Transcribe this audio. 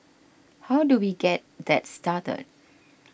how do we get that started